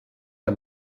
der